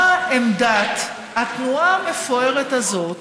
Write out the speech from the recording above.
מה עמדת התנועה המפוארת הזאת